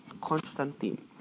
Constantine